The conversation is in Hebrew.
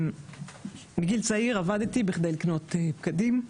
מגיל צעיר עבדתי בכדי לקנות בגדים,